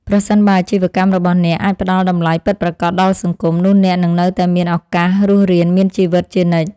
ប្រសិនបើអាជីវកម្មរបស់អ្នកអាចផ្ដល់តម្លៃពិតប្រាកដដល់សង្គម នោះអ្នកនឹងនៅតែមានឱកាសរស់រានមានជីវិតជានិច្ច។